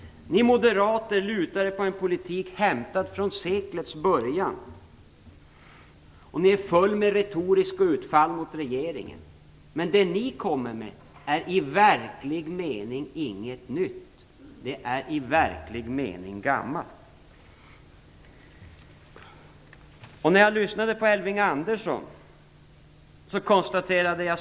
Ni moderater lutar er på en politik hämtad från seklets början. Ni är fulla med retoriska utfall mot regeringen. Men ni kommer i verklig mening med ingenting nytt. Det är i verklig mening gammalt. Jag konstaterade samma sak när jag lyssnade på Elving Andersson. Vad sade han?